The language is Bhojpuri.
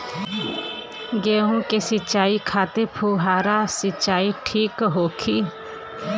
गेहूँ के सिंचाई खातिर फुहारा सिंचाई ठीक होखि?